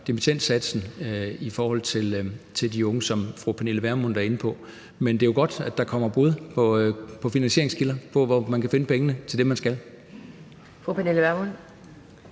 fjerner dimittendsatsen i forhold til de unge, sådan som fru Pernille Vermund er inde på. Men det er jo godt, at der kommer bud på finansieringskilder; på, hvor man kan finde pengene til det, man vil.